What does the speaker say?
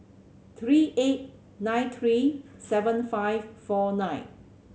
three eight nine three seven five four nine